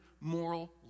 moral